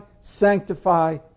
sanctify